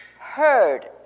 heard